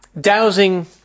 dowsing